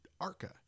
ARCA